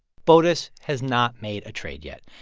botus has not made a trade yet.